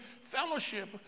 fellowship